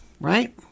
right